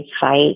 fight